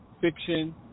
fiction